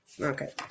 Okay